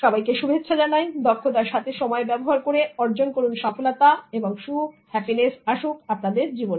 সবাইকে শুভেচ্ছা জানাই দক্ষতার সাথে সময় ব্যবহার করে অর্জন করুন সফলতা এবং সুখ হ্যাপিনেস আসুক আপনাদের জীবনে